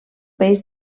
peix